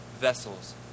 vessels